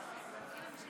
אתם לא ביחד?